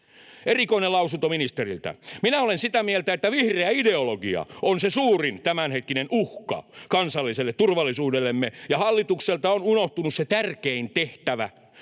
Erikoinen lausunto ministeriltä. Minä olen sitä mieltä, että vihreä ideologia on se suurin tämänhetkinen uhka kansalliselle turvallisuudellemme, ja hallitukselta on unohtunut se tärkein tehtävä: